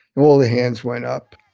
and all the hands went up.